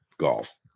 Golf